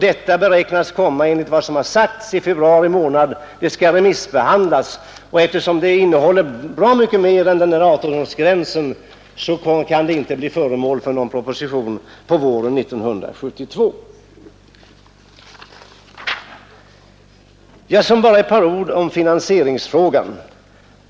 Detta beräknas enligt vad som har föreskickats bli framlagt i februari månad, och därefter skall det remissbehandlas. Eftersom det innehåller bra mycket mer än frågan om den nu aktuella 1 8-årsgränsen, kan någon proposition inte framläggas under våren 1972. Sedan bara ett par ord om finansieringsfrågan.